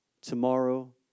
tomorrow